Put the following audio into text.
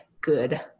good